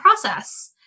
process